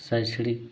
शैक्षणिक